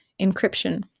encryption